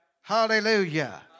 Hallelujah